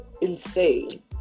insane